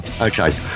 okay